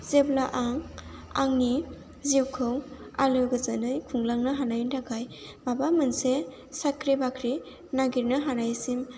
जेब्ला आं आंनि जिउखौ आलो गोजोनै खुंलांनो हानायनि थाखाय माबा मोनसे साख्रि बाख्रि नागिरनो हानायसिम